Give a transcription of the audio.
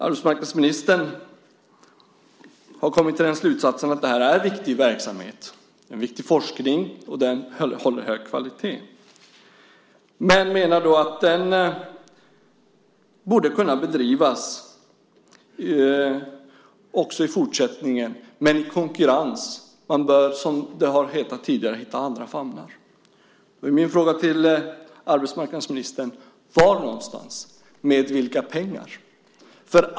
Arbetsmarknadsministern har kommit till den slutsatsen att det här är en viktig verksamhet, en viktig forskning, och den håller hög kvalitet. Han menar att den borde kunna bedrivas också i fortsättningen men i konkurrens. Man bör, som det har hetat tidigare, hitta andra famnar. Min fråga till arbetsmarknadsministern är: Var någonstans? Med vilka pengar?